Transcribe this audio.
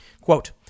Quote